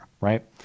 right